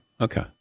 Okay